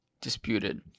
disputed